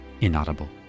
Inaudible